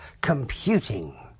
Computing